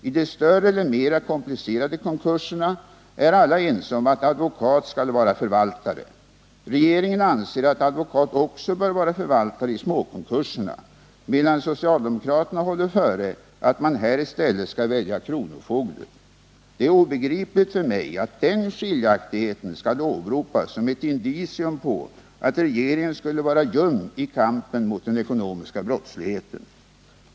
I de större eller mera komplicerade konkurserna är alla ense om att advokat skall vara förvaltare. Regeringen anser att advokat också bör vara förvaltare i småkonkurserna, medan socialdemokraterna håller före att man här i stället skall välja kronofogde. Det är obegripligt för mig att den skiljaktigheten skall åberopas som ett indicium på att regeringen skulle vara ljum i kampen mot den ekonomiska brottsligheten.